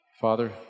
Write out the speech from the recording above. Father